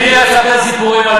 לי אל תספר סיפורים.